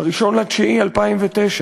ב-1 בספטמבר 2009,